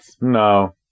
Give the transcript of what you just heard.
No